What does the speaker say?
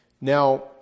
Now